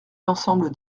l’ensemble